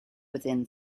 within